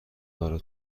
برا